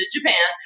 Japan